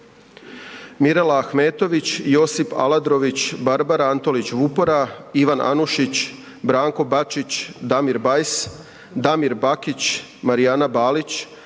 Mirela Ahmetović, Josip Aladrović, Barbara Antolić Vupora, Ivan Anušić, Branko Bačić, Damir Bajs, Damir Bakić, Marijana Balić,